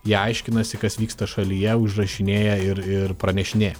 jie aiškinasi kas vyksta šalyje užrašinėja ir ir pranešinėja